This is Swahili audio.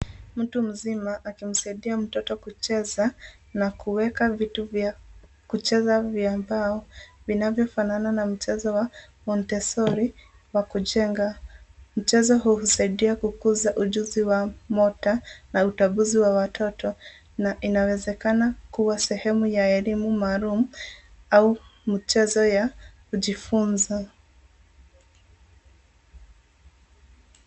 Mtu mzima akimsaidia mtoto kucheza na kuweka vitu vya kucheza vya mbao vinavyofanana na mchezo wa Montessori wa kujenga. Mchezo huu husaidia kukuza ujuzi wa mota na utaguzi wa watoto na inawezekana kuwa sehemu ya elimu maalum au mchezo ya kujifunza.